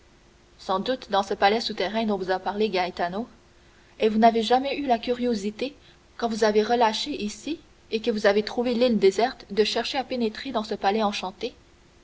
sans doute dans ce palais souterrain dont vous a parlé gaetano et vous n'avez jamais eu la curiosité quand vous avez relâché ici et que vous avez trouvé l'île déserte de chercher à pénétrer dans ce palais enchanté